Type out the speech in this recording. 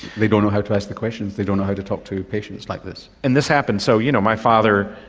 they don't know how to ask the questions, they don't know how to talk to patients like this. and this happened. so you know my father,